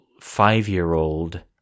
five-year-old